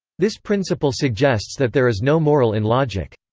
this principle suggests that there is no moral in logic.